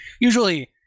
Usually